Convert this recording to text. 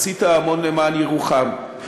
עשית המון למען ירוחם,